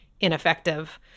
ineffective